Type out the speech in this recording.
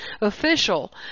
official